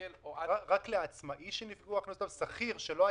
הכוללני הזה ולאפשר רק למי שהיה באבטלה או בחל"ת.